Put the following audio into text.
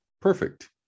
perfect